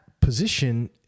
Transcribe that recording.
position